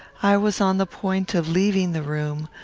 i was on the point of leaving the room,